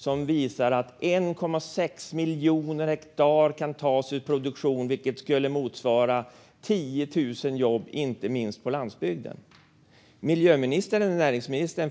Den visar att 1,6 miljoner hektar kan tas ur produktion, vilket skulle motsvara 10 000 jobb, inte minst på landsbygden.